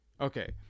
Okay